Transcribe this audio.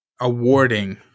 awarding